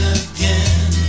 again